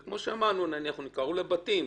וכמו שאמרנו הוא קרוב לבתים,